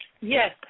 yes